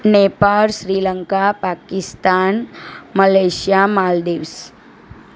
Nepal Sri Lanka Pakistan Malaysia Maldives